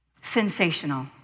sensational